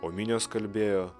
o minios kalbėjo